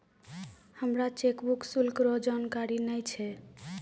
हमरा चेकबुक शुल्क रो जानकारी नै छै